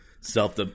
self